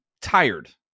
tired